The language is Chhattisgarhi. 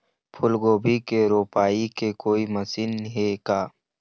फूलगोभी के रोपाई के कोई मशीन हे का?